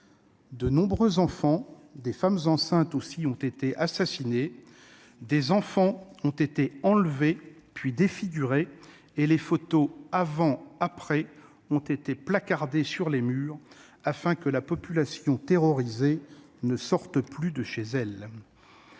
De nombreux enfants et femmes enceintes ont été assassinés, des enfants ont été enlevés puis défigurés et les photos « avant-après » ont été placardées sur les murs, afin que la population terrorisée ne sorte plus de chez elle.